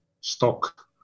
stock